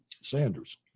Sanders